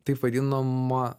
taip vadinama